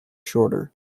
shorter